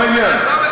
מה העניין?